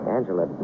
Angela